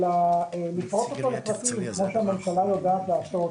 אלא לפרוט אותו לפרטים כמו שהממשלה יודעת לעשות,